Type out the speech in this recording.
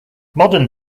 modern